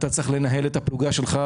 הוא צריך לנהל את הפלוגה שלו,